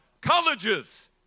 Colleges